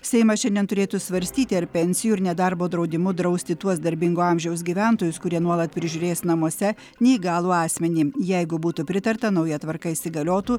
seimas šiandien turėtų svarstyti ar pensijų ir nedarbo draudimu drausti tuos darbingo amžiaus gyventojus kurie nuolat prižiūrės namuose neįgalų asmenį jeigu būtų pritarta nauja tvarka įsigaliotų